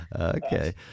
Okay